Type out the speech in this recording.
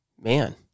Man